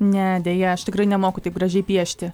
ne deja aš tikrai nemoku taip gražiai piešti